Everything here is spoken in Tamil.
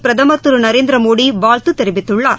பிரதமர் திரு நரேந்திரமோடி வாழ்த்து தெரிவித்துள்ளார்